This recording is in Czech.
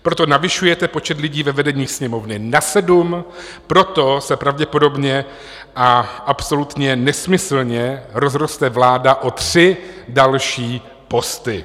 Proto navyšujete počet lidí ve vedení Sněmovny na sedm, proto se pravděpodobně a absolutně nesmyslně rozroste vláda o tři další posty.